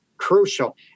Crucial